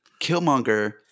Killmonger